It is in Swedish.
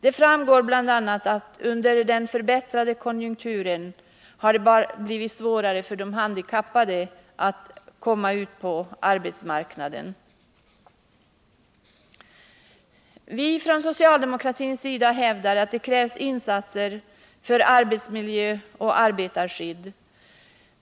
Det framgår bl.a. av att det under den förbättrade konjunkturen har blivit svårare för de handikappade att komma ut på arbetsmarknaden. Vi socialdemokrater hävdar att det krävs insatser för arbetsmiljö och arbetarskydd.